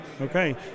Okay